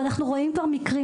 ואנחנו רואים כבר מקרים.